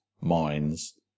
mines